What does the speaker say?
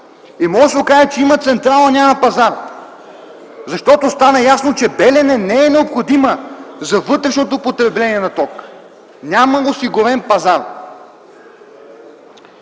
И може да се окаже, че има централа, а няма пазар. Защото стана ясно, че „Белене” не е необходима за вътрешното потребление на ток. Няма осигурен пазар.